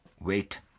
Wait